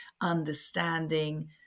understanding